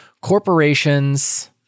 corporations